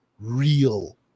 real